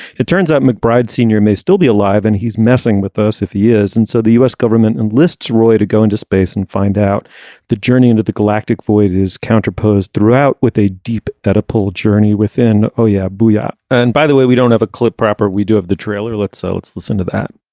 it turns out mcbride senior may still be alive and he's messing with us if he is and so the u s. government enlists roy to go into space and find out the journey into the galactic void is counter posed throughout with a deep that a pull journey within oh yeah. booyah. and by the way we don't have a clip prop. we do have the trailer. let's so let's listen to that.